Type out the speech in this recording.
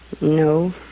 no